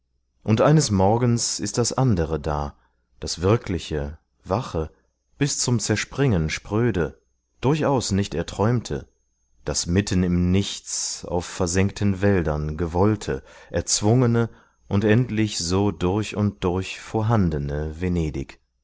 und eines morgens ist das andere da das wirkliche wache bis zum zerspringen spröde durchaus nicht erträumte das mitten im nichts auf versenkten wäldern gewollte erzwungene und endlich so durch und durch vorhandene venedig